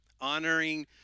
Honoring